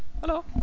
Hello